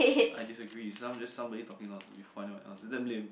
I disagree is just someone talking nonsense is damn lame